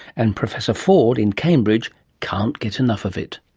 and professor ford in cambridge can't get enough of it.